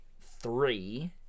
three